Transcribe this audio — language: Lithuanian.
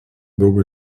daug